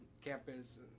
campus